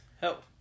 help